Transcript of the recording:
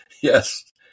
Yes